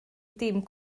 dim